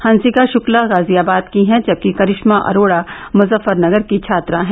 हंसिका षुक्ला गाजियाबाद की हैं जबकि करिष्मा अरोड़ा मुजफ्फरनगर की छात्रा हैं